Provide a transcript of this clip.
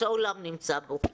שהעולם נמצא בה.